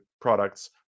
products